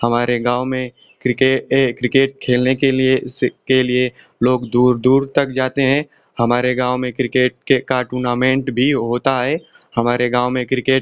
हमारे गाँव में क्रिकेट ए क्रिकेट खेलने के लिए से के लिए लोग दूर दूर तक जाते हैं हमारे गाँव में क्रिकेट के का टूर्नामेंट भी होता है हमारे गाँव में क्रिकेट